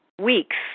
weeks